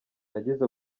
nagize